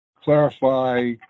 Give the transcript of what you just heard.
clarify